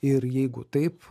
ir jeigu taip